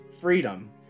freedom